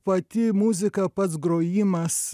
pati muzika pats grojimas